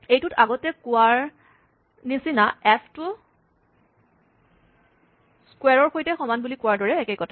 এইটো আগতে কোৱাৰ নিচিনা এফ টো ক্সোৱাৰ ৰ সৈতে সমান বুলি কোৱাৰ দৰে একেই কথা